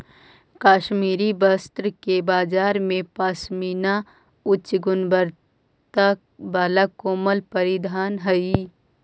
कश्मीरी वस्त्र के बाजार में पशमीना उच्च गुणवत्ता वाला कोमल परिधान हइ